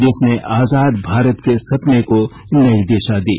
जिसने आजाद भारत के सपने को नई दिशा दी